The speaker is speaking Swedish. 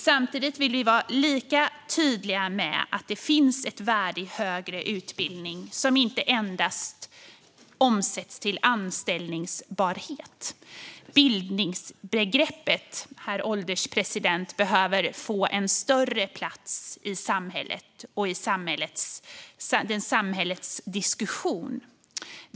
Samtidigt vill vi vara lika tydliga med att det finns ett värde i högre utbildning som inte endast omsätts till anställbarhet. Bildningsbegreppet, herr ålderspresident, behöver få en större plats i samhället och i samhällets diskussion.